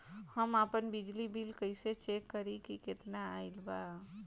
हम आपन बिजली बिल कइसे चेक करि की केतना आइल बा?